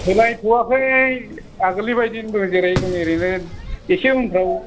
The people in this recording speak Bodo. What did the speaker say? सोलायथ'वाखै आगोलनि बादिनो दं जेरै दं एरैनो एसे उनफ्राव